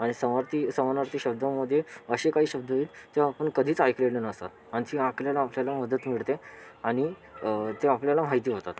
आणि समार्थी समानार्थी शब्दामध्ये असे काही शब्द आहे ते आपण कधीच ऐकलेले नसतात आणखी आकल्याला आपल्याला मदत मिळते आणि ते आपल्याला माहिती होतात